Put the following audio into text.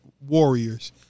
warriors